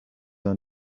aan